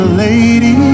lady